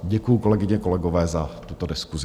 Děkuji, kolegyně a kolegové, za tuto diskusi.